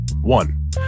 One